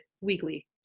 weekly